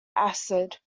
acid